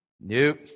Nope